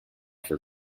for